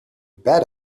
bet